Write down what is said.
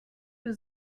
für